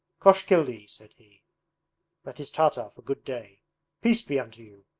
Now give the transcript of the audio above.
koshkildy, said he that is tartar for good-day peace be unto you,